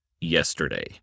Yesterday